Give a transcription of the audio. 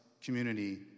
community